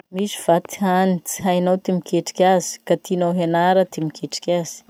Misy va ty hany tsy hainao ty miketriky azy ka tianao hianara ty miketriky azy?